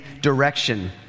direction